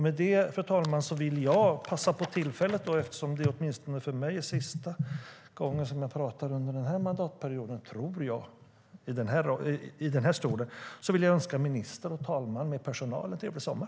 Med det, fru talman, vill jag passa på tillfället - det är nämligen sista gången under mandatperioden som åtminstone jag står i den här stolen och talar, tror jag - att önska ministern och talman med personal en trevlig sommar.